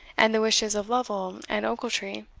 and the wishes of lovel and ochiltree.